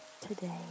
today